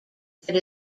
that